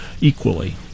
equally